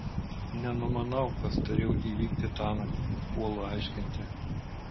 nenumanau kas turėjo įvykti tąnakt puolu aiškinti